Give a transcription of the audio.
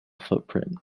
footprint